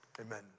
Amen